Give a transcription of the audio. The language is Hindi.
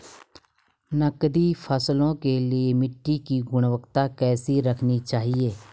नकदी फसलों के लिए मिट्टी की गुणवत्ता कैसी रखनी चाहिए?